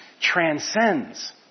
transcends